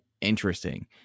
interesting